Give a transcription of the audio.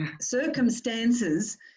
circumstances